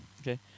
Okay